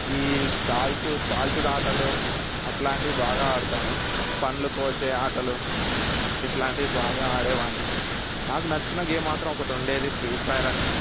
ఈ కాల్చు కాల్చడం ఆటలు అలాంటివి బాగా ఆడతాను పండ్లు కోసే ఆటలు ఇలాంటివి బాగా ఆదేవాడిని నాకు నచ్చిన గేమ్ మాత్రం ఒకటి ఉండేది ఫ్రీ ఫైర్ అని